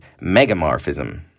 megamorphism